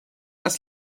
als